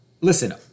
Listen